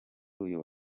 uyu